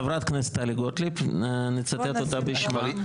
חברת הכנסת טלי גוטליב, נצטט אותה בשמה.